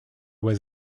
was